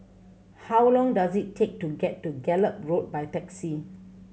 how long does it take to get to Gallop Road by taxi